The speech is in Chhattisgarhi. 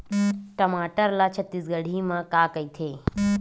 टमाटर ला छत्तीसगढ़ी मा का कइथे?